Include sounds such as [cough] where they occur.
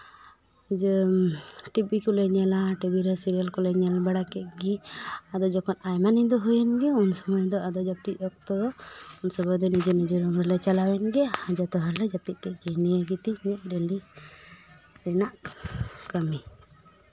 ᱡᱮ ᱴᱤᱵᱷᱤ ᱠᱚᱞᱮ ᱧᱮᱞᱟ ᱴᱤᱵᱷᱤ ᱨᱮ ᱥᱤᱨᱤᱭᱟᱞ ᱠᱚᱞᱮ ᱧᱮᱞ ᱵᱟᱲᱟ ᱠᱮᱫ ᱜᱮ ᱟᱨᱚ ᱡᱚᱠᱷᱚᱱ ᱟᱭᱢᱟ ᱧᱤᱫᱟᱹ ᱦᱩᱭᱮᱱᱜᱮ ᱩᱱ ᱥᱚᱢᱚᱭ ᱫᱚ ᱟᱞᱮ ᱡᱟᱹᱯᱤᱫ ᱚᱠᱛᱚ ᱩᱱ ᱥᱚᱢᱚᱭ ᱫᱚ ᱱᱤᱡᱮᱨ ᱱᱤᱡᱮᱨ ᱨᱩᱢ ᱨᱮᱞᱮ ᱪᱟᱞᱟᱣ ᱮᱱᱜᱮ ᱡᱚᱛᱚ ᱦᱚᱲᱞᱮ ᱡᱟᱹᱯᱤᱫ ᱠᱮᱫ ᱜᱮ ᱱᱤᱭᱟᱹ ᱜᱮᱛᱤᱧ ᱰᱮᱞᱤ ᱨᱮᱱᱟᱜ [unintelligible] ᱠᱟᱹᱢᱤ